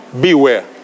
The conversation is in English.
Beware